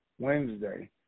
Wednesday